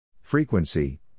Frequency